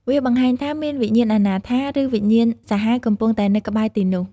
វាបង្ហាញថាមានវិញ្ញាណអនាថា ឬវិញ្ញាណសាហាវកំពុងតែនៅក្បែរទីនោះ។